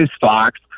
Fox